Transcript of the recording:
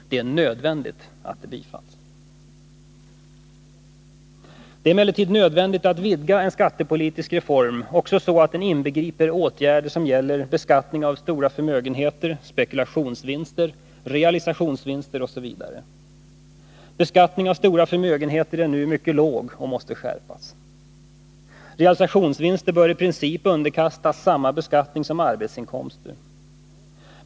Det är nödvändigt att det bifalls. Det är emellertid nödvändigt att vidga en skattepolitisk reform också så att den inbegriper åtgärder som gäller beskattningen av stora förmögenheter, spekulationsvinster, realisationsvinster osv. Beskattningen av stora förmögenheter är nu mycket låg och måste skärpas. Realisationsvinster bör i princip underkastas samma beskattning som arbetsinkomster.